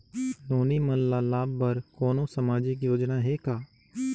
नोनी मन ल लाभ बर कोनो सामाजिक योजना हे का?